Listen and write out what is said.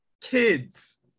Kids